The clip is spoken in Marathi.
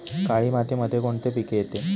काळी मातीमध्ये कोणते पिके येते?